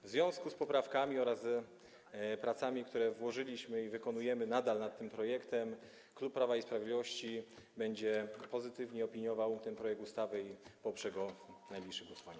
W związku z poprawkami oraz pracami, które w to włożyliśmy i wykonujemy nadal nad tym projektem, klub Prawa i Sprawiedliwości będzie pozytywnie opiniował ten projekt ustawy i poprze go w najbliższym głosowaniu.